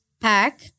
pack